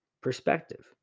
Perspective